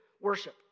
Worship